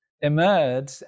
emerge